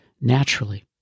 naturally